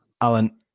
Alan